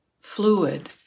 fluid